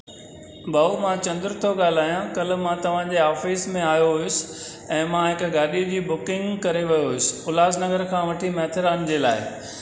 भाऊ मां चंदुरु थो ॻाल्हायां कल्ह मां तव्हांजे ऑफ़िस में आयो हुयुसि ऐं मां हिक गाॾी बि बुकिंग करे वियो हुयुसि उल्हासनगर खां वठी माथेरान जे लाइ